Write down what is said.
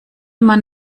man